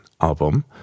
album